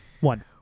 One